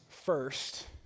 First